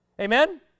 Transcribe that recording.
Amen